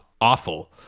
awful